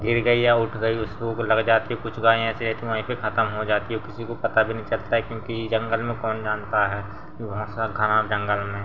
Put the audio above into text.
गिर गई या उठ गई उसको लग जाती कुछ गायें ऐसी रहतीं हैं वहीं पर ख़त्म हो जाती है और किसी को पता भी नहीं चलता है क्योंकि जंगल में कौन जानता है कि वहाँ से घने जंगल में